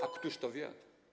A któż to wie?